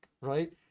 Right